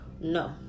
No